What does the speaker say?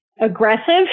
aggressive